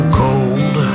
cold